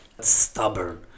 stubborn